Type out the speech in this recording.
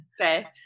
Okay